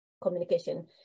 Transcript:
communication